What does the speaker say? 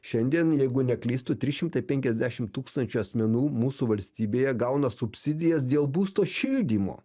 šiandien jeigu neklystu trys šimtai penkiasdešim tūkstančių asmenų mūsų valstybėje gauna subsidijas dėl būsto šildymo